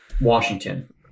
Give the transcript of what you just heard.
Washington